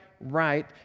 right